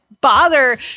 bother